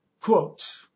quote